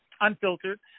Unfiltered